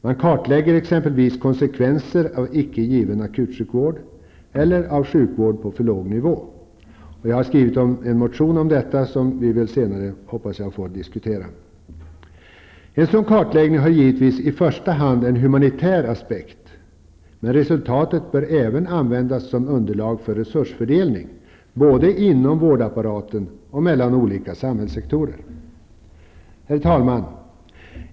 Man kartlägger exempelvis konsekvenser av icke given akutsjukvård eller av sjukvård på för låg nivå. Jag har skrivit en motion om detta, som jag hoppas att vi senare får diskutera. En sådan kartläggning har givetvis i första hand en humanitär aspekt. Men resultatet bör även användas som underlag för resursfördelning, både inom vårdapparaten och mellan olika samhällssektorer. Herr talman!